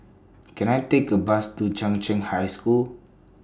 Can I Take A Bus to Chung Cheng High School